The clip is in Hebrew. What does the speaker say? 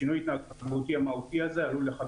השינוי ההתנהגותי המהותי הזה עלול אחר